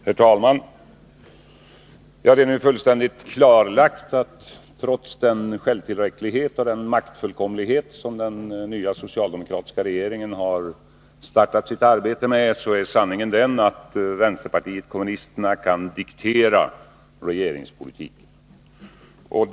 Herr talman! Trots den självtillräcklighet och maktfullkomlighet som den nya socialdemokratiska regeringen har startat sitt arbete med är det nu klarlagt att vänsterpartiet kommunisterna kan diktera regeringspolitiken.